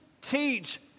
teach